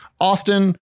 Austin